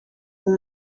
who